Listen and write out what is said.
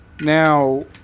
now